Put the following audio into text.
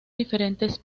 diferentes